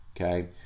okay